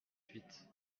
suite